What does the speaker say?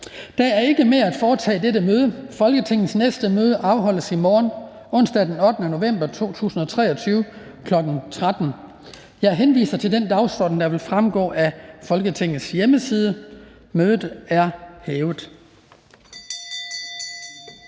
Der er ikke mere at foretage i dette møde. Folketingets næste møde afholdes i morgen, onsdag den 8. november 2023, kl. 13.00. Jeg henviser til den dagsorden, der vil fremgå af Folketingets hjemmeside. Mødet er hævet.